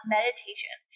Meditation